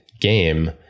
game